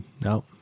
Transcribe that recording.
no